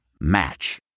Match